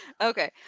okay